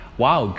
Wow